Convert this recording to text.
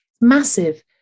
Massive